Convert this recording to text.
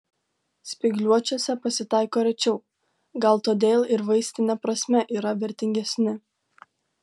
spygliuočiuose pasitaiko rečiau gal todėl ir vaistine prasme yra vertingesni